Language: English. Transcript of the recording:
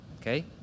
Okay